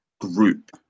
group